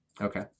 Okay